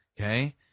Okay